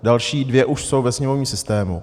Další dvě už jsou ve sněmovním systému.